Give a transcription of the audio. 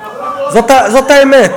זאת האמת.